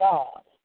God